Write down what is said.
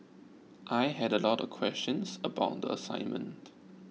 I had a lot of questions about the assignment